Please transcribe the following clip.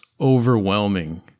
overwhelming